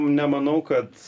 nemanau kad